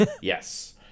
Yes